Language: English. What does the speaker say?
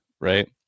Right